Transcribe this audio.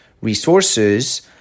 resources